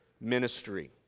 ministry